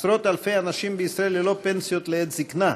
עשרות-אלפי אנשים בישראל ללא פנסיות לעת זיקנה,